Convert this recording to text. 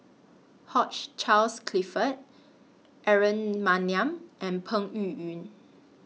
Hugh Charles Clifford Aaron Maniam and Peng Yuyun